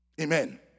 Amen